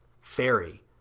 Fairy